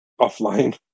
offline